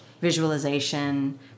Visualization